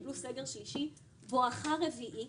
קיבלו סגר שלישי בואכה רביעי.